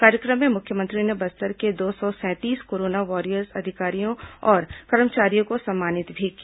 कार्यक्रम में मुख्यमंत्री ने बस्तर के दो सौ सैंतीस कोरोना वॉरियर्स अधिकारियों और कर्मचारियों को सम्मानित भी किया